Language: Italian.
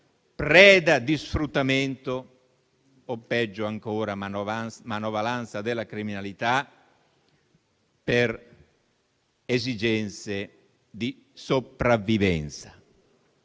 preda di sfruttamento o, peggio ancora, manovalanza della criminalità per esigenze di sopravvivenza.